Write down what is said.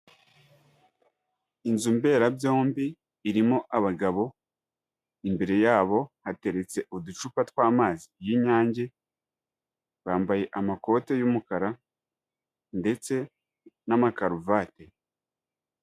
Inzu mberabyombi irimo abagabo, imbere yabo hateretse uducupa tw'amazi y'Inyange, bambaye amakote y'umukara ndetse n'amakaruvati.